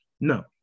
no